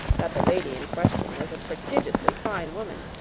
that the lady in question was a prodigiously fine woman,